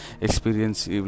experience